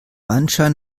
anschein